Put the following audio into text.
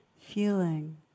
feeling